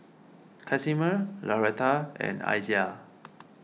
Casimer Lauretta and Isiah